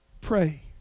Pray